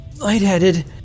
Lightheaded